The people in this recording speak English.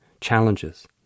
challenges